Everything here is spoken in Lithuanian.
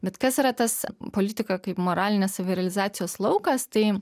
bet kas yra tas politika kaip moralinės savirealizacijos laukas tai